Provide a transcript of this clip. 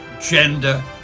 gender